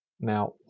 Now